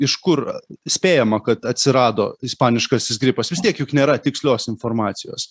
iš kur spėjama kad atsirado ispaniškasis gripas vis tiek juk nėra tikslios informacijos